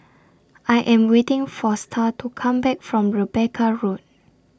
I Am waiting For Starr to Come Back from Rebecca Road